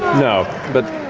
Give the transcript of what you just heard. no, but